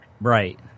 Right